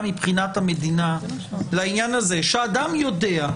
מבחינת המדינה לעניין הזה שאדם יודע,